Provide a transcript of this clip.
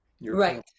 Right